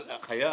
אבל חייב,